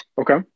Okay